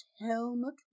helmet